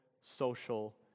social